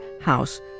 House